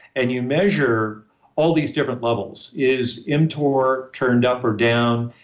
and you measure all these different levels. is mtor turned up or down?